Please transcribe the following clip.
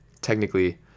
technically